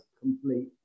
complete